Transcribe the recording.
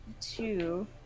Two